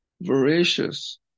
voracious